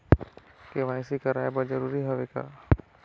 KYC कराय बर जरूरी हवे का?